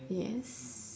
yes